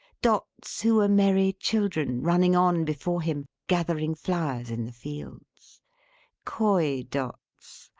dots who were merry children, running on before him, gathering flowers, in the fields coy dots,